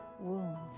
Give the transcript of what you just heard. wounds